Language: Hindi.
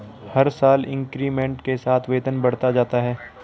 हर साल इंक्रीमेंट के साथ वेतन बढ़ता जाता है